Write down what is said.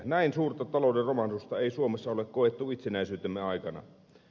näin suurta talouden romahdusta ei suomessa ole koettu itsenäisyytemme aikana